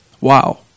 Wow